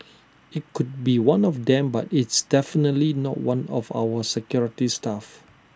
IT could be one of them but it's definitely not one of our security staff